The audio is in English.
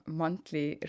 monthly